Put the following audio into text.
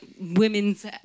women's